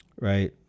Right